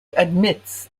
admits